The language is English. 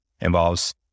involves